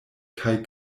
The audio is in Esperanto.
kaj